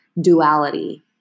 duality